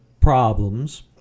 problems